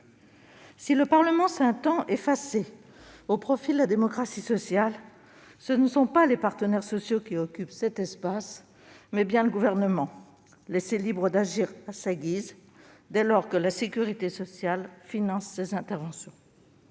Si le Parlement s'est un temps effacé au profit de la démocratie sociale, ce ne sont pas les partenaires sociaux qui occupent cet espace, c'est bien le Gouvernement, laissé libre d'agir à sa guise dès lors que la sécurité sociale finance ses interventions.